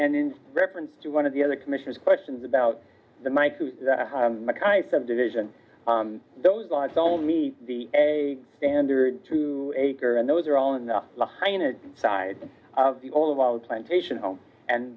and in reference to one of the other commissioners questions about the might subdivision those laws don't meet the a standard two acre and those are all in the side of the all about plantation home and